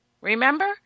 Remember